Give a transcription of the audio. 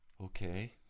Okay